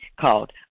called